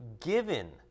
given